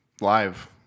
Live